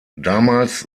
damals